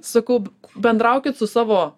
sakau bendraukit su savo